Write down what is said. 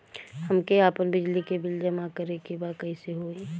हमके आपन बिजली के बिल जमा करे के बा कैसे होई?